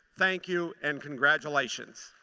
thank you and congratulations.